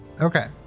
Okay